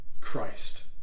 Christ